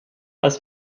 als